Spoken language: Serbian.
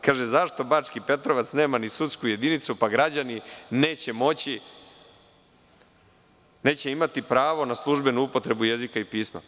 Kaže – zašto Bački Petrovac nema ni sudsku jedinicu, pa građani neće imati pravo na službenu upotrebu jezika i pisma.